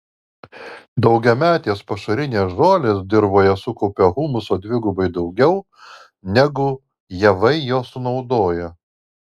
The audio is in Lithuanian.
daugiametės pašarinės žolės dirvoje sukaupia humuso dvigubai daugiau negu javai jo sunaudoja